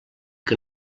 que